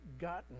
gotten